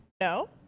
No